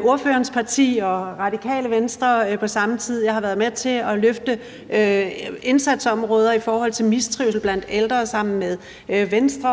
ordførerens parti og Radikale Venstre. Jeg har sammen med Venstre og Dansk Folkeparti været med til at løfte indsatsområder i forhold til mistrivsel blandt ældre. Så på